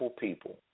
people